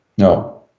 No